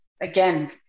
again